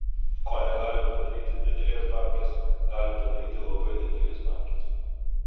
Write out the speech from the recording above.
ko negali padaryti didelės babkės gali padaryti labai didelės babkės